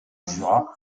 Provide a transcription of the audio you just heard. jura